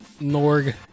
Norg